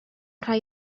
rhai